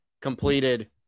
completed